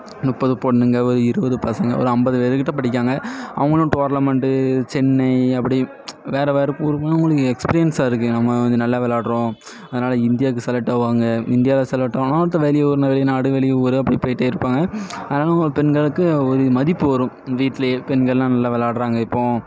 முப்பது பொண்ணுங்க ஒரு இருபது பசங்க ஒரு ஐம்பது பேருக்கிட்ட படிக்காங்க அவங்களும் டோர்லமெண்ட்டு சென்னை அப்படி வேற வேற எக்ஸ்பீரியன்ஸாக இருக்குது நம்ம கொஞ்சம் நல்லா விளாட்றோம் அதனால இந்தியாவுக்கு செலெக்ட் ஆவாங்க இந்தியா செலக்டானா அடுத்து வெளியூரு வெளிநாடு வெளியூரு அப்படி போயிட்டே இருப்பாங்க அதுனாலும் ஒரு பெண்களுக்கு ஒரு மதிப்பு வரும் வீட்லேயே பெண்கள்னா நல்லா விளாடுறாங்க இப்போது